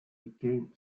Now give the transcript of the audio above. became